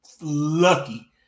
lucky